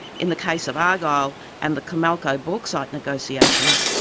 in the case of argyle and the comalco bauxite negotiations,